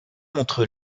montre